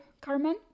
Carmen